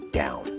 down